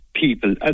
people